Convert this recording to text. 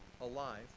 alive